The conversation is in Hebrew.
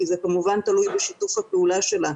כי זה כמובן תלוי בשיתוף הפעולה שלה,